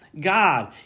God